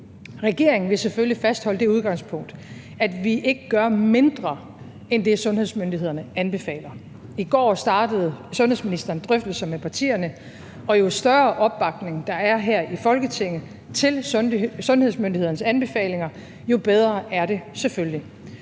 Regeringen vil selvfølgelig fastholde det udgangspunkt, at vi ikke gør mindre end det, sundhedsmyndighederne anbefaler. I går startede sundhedsministeren drøftelser med partierne, og jo større opbakning, der er her i Folketinget til sundhedsmyndighedernes anbefalinger, jo bedre er det selvfølgelig.